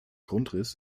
grundriss